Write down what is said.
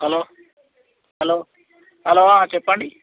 hello hello hello చెప్పండి